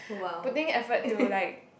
putting effort to like